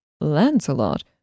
Lancelot